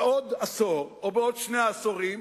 בעוד עשור או בעוד שני עשורים,